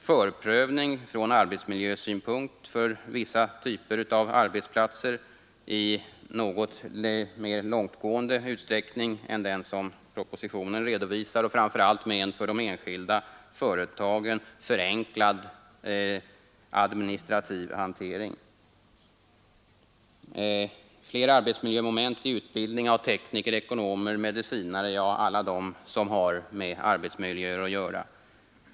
Förprövning ur arbetsmiljösynpunkt av vissa typer av arbetsplatser i något mer långtgående utsträckning än den som propositionen redovisar och framför allt med en för de enskilda företagen förenklad administrativ hantering. Flera arbetsmiljömoment i utbildningen av tekniker, ekonomer, medicinare — ja, alla yrkesgrupper som har med arbetsmiljöer att göra.